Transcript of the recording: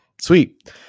Sweet